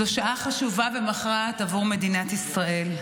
זו שעה חשובה ומכרעת עבור מדינת ישראל.